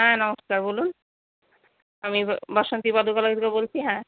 হ্যাঁ নমস্কার বলুন আমি বাসন্তী পাদুকালয় থেকে বলছি হ্যাঁ